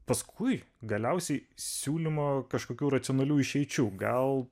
paskui galiausiai siūlymo kažkokių racionalių išeičių gal